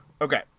Okay